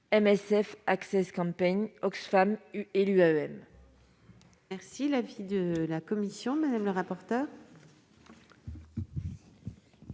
MSF Access Campaign, Oxfam et les